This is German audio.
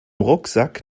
rucksack